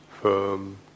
firm